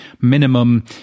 minimum